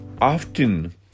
often